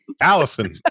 Allison